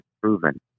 proven